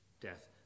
death